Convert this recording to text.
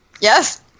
Yes